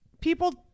people